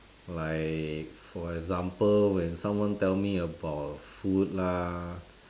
like for example when someone tell me about food lah